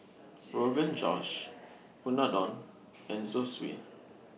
Rogan Josh Unadon and Zosui